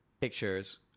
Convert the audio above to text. pictures